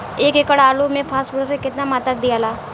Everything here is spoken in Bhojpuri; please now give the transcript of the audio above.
एक एकड़ आलू मे फास्फोरस के केतना मात्रा दियाला?